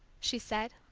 she said.